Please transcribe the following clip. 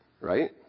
Right